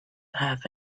have